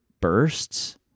bursts